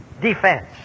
defense